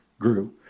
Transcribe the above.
grew